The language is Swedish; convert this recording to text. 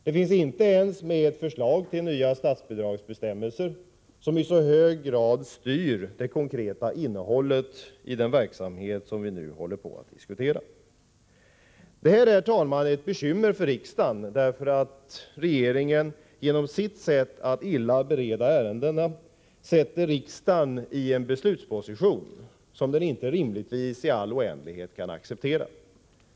Det finns inte ens ett förslag till nya statsbidragsbestämmelser, som i så hög grad styr det konkreta innehållet i den verksamhet som vi nu diskuterar. Herr talman! Detta är ett bekymmer för riksdagen. Genom sitt sätt att illa bereda ärendena sätter regeringen riksdagen i en beslutsposition som denna inte rimligtvis i all oändlighet kan acceptera.